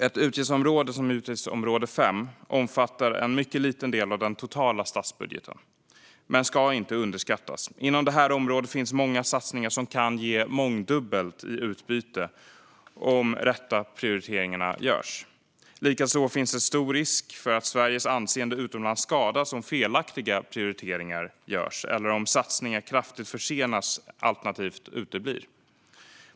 Ett utgiftsområde som utgiftsområde 5 omfattar en mycket liten del av den totala statsbudgeten men ska inte underskattas. Inom detta område finns många satsningar som kan ge mångdubbelt i utbyte om de rätta prioriteringarna görs. Likaså finns det en stor risk för att Sveriges anseende utomlands skadas om felaktiga prioriteringar görs eller om satsningar kraftigt försenas alternativt uteblir.